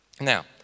Now